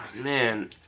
Man